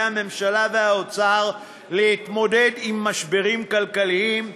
הממשלה והאוצר להתמודד עם משברים כלכליים,